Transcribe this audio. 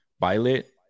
violet